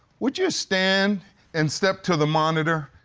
would you stand and step to the monitor?